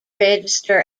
register